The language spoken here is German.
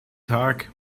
tag